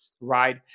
right